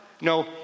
No